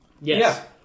Yes